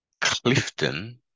Clifton